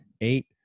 eight